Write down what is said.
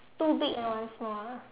two big and one small ah